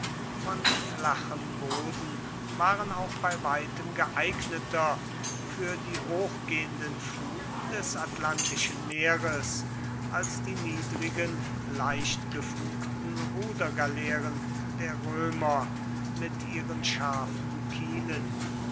von flachem boden waren auch bei weitem geeigneter für die hochgehenden fluten des atlantischen meeres als die niedrigen leichtgefugten rudergaleeren der römer mit ihren scharfen kielen